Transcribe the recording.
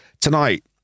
tonight